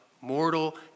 mortal